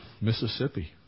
Mississippi